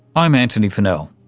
i'm antony funnell